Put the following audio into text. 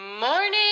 morning